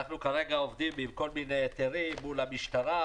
אנחנו כרגע עובדים עם כל מיני היתרים מול המשטרה,